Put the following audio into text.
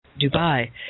Dubai